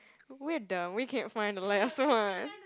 we're dumb we can't find the last one